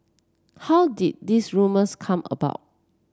how did this rumours come about